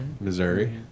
Missouri